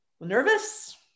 Nervous